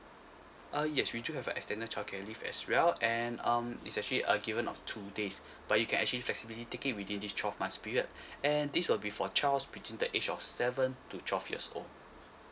uh yes we do have a extended childcare leave as well and um it's actually a given of two days but you can actually flexibility take it within twelve months period and this will be for child's within the age of seven to twelve years old